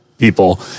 people